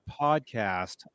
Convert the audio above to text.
podcast